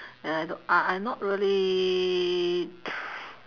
I do~ I I not really tr~